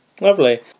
Lovely